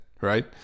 Right